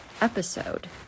episode